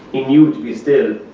he knew to be still,